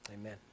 Amen